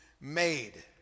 made